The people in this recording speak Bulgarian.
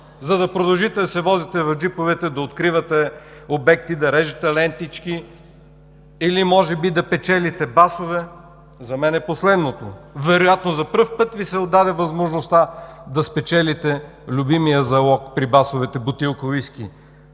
За да продължите да се возите в джиповете, да откривате обекти, да режете лентички или може би да печелите басове?! За мен е последното. Вероятно за пръв път Ви се отдаде възможността да спечелите любимия залог при басовете – бутилка уиски.